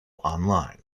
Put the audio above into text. online